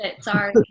sorry